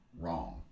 wrong